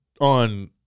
on